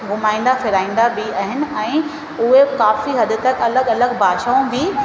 घुमाईंदा फिराईंदा बि आहिनि ऐं उहे काफ़ी हद तक अलॻि अलॻि भाषाऊं बि